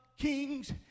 kings